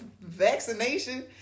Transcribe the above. vaccination